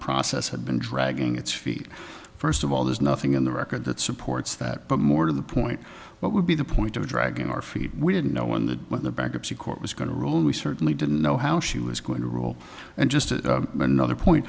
process had been dragging its feet first of all there's nothing in the record that supports that but more to the point what would be the point of dragging our feet we didn't know when the what the bankruptcy court was going to rule and we certainly didn't know how she was going to rule and just another point